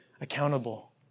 accountable